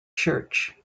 church